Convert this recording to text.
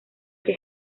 que